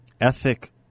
ethic